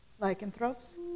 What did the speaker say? lycanthropes